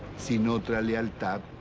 so you know de la lata,